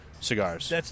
cigars